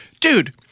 Dude